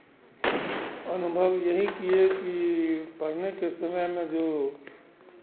अनुभव यही किए कि पढ़ने के समय में जो